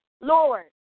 Lord